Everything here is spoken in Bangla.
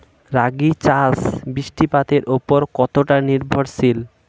রাগী চাষ বৃষ্টিপাতের ওপর কতটা নির্ভরশীল?